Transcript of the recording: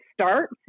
start